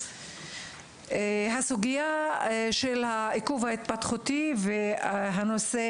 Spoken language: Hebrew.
הוא הסוגיה של העיכוב ההתפתחותי והנושא